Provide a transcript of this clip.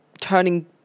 turning